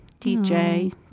DJ